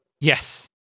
Yes